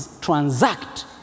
transact